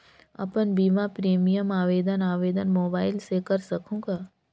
अपन बीमा प्रीमियम आवेदन आवेदन मोबाइल से कर सकहुं का?